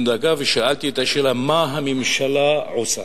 דקה ושאלתי את השאלה: מה הממשלה עושה?